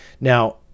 Now